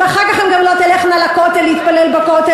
ואחר כך הן גם לא תלכנה להתפלל בכותל,